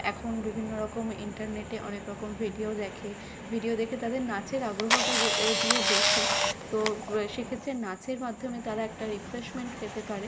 এখন বিভিন্ন রকম ইন্টারনেটে অনেক রকম ভিডিও দেখে ভিডিও দেখে তাদের নাচের আগ্রহটা যদিও বেশি তো সেক্ষেত্রে নাচের মাধ্যমে তারা একটা রিফ্রেশমেন্ট পেতে পারে